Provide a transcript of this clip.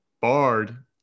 Bard